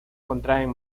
contraen